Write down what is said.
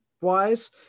wise